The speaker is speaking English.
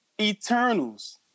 Eternals